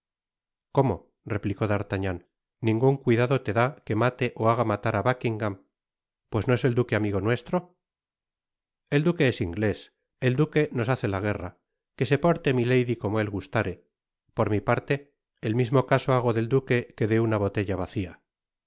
cómo replicó d'artagnan ningun cuidado te dá que mate ó haga matar á buckingam pues no es el duque amigo nuestro el duque es inglés el duque nos hace la guerra que se porte milady con él como gustare por mi parte el mismo caso hago del duque que de una botella vacia